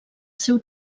seu